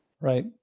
Right